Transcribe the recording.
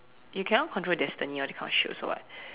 you cannot control destiny all these kind of shit also [what]